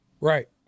Right